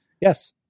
Yes